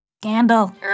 scandal